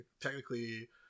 technically